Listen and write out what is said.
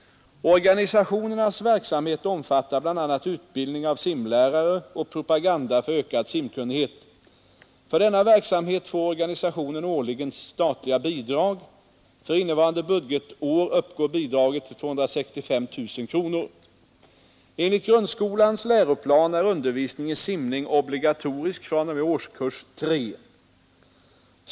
Organisationernas verksamhet omfattar bl.a. utbildning av simlärare och propaganda för ökad simkunnighet. För denna verksamhet får organisationerna årligen statliga bidrag. För innevarande budgetår uppgår bidraget till 265 000 kronor. Enligt grundskolans läroplan är undervisning i simning obligatorisk fr.o.m. årskurs tre.